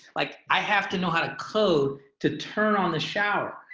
like i have to know how to code to turn on the shower.